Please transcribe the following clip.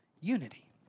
unity